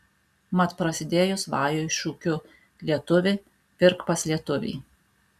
mat prasidėjus vajui šūkiu lietuvi pirk pas lietuvį